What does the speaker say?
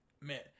Man